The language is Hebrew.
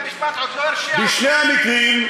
בית-משפט עוד לא הרשיע אותו.